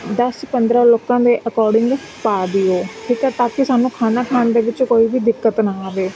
ਦਸ ਪੰਦਰ੍ਹਾਂ ਲੋਕਾਂ ਦੇ ਅਕੋਰਡਿੰਗ ਪਾ ਦਿਓ ਠੀਕ ਹੈ ਤਾਂ ਕਿ ਸਾਨੂੰ ਖਾਣਾ ਖਾਣ ਦੇ ਵਿੱਚ ਕੋਈ ਵੀ ਦਿੱਕਤ ਨਾ ਆਵੇ